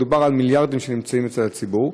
מדובר במיליארדים שנמצאים אצל הציבור.